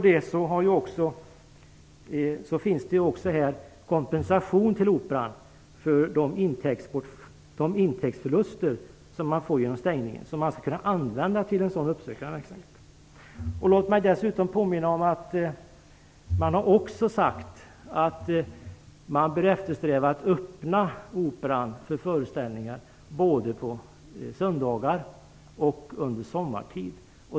Det finns kompensation till Operan för de intäktsförluster man gör genom stängningen. Denna skulle kunna användas till en sådan uppsökande verksamhet. Låt mig påminna om att man har sagt att man bör eftersträva att öppna Operan för föreställningar både på söndagar och under sommaren.